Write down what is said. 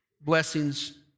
blessings